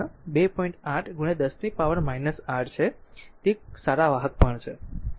8 10 ની પાવર 8 છે તે સારા વાહક પણ છે